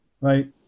right